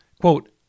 Quote